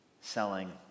selling